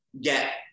get